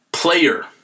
player